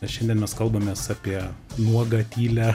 šiandien mes kalbamės apie nuogą tylią